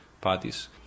parties